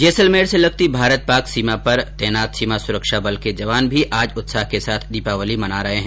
जैसलमेर से लगती भारत पाक सीमा पर तैनात सीमा सुरक्षा बल के जवान भी आज उत्साह के साथ दीपावली मना रहे है